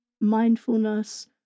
mindfulness